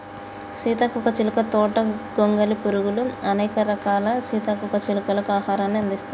సీతాకోక చిలుక తోట గొంగలి పురుగులు, అనేక రకాల సీతాకోక చిలుకలకు ఆహారాన్ని అందిస్తుంది